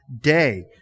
day